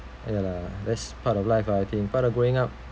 ya lah that's part of life I think part of growing up